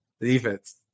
Defense